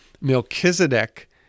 Melchizedek